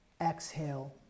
Exhale